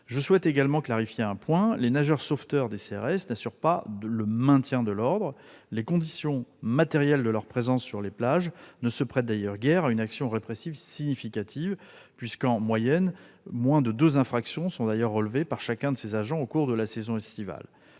Je souhaite également clarifier un point : les maîtres-nageurs sauveteurs des CRS n'assurent pas le maintien de l'ordre. Les conditions matérielles de leur présence sur les plages ne se prêtent d'ailleurs guère à une action répressive significative, puisqu'en moyenne moins de deux infractions sont relevées par chacun de ces agents au cours de la saison estivale.